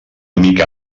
mica